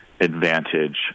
advantage